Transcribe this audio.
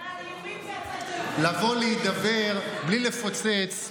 לבוא ולדבר, בלי לפוצץ.